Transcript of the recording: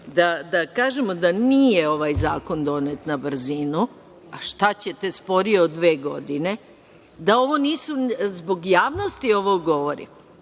da kažemo da nije ovaj zakon donet na brzinu, a šta ćete sporije od dve godine, da ovo nisu, zbog javnosti ovo govorim,